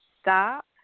stop